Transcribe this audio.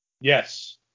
yes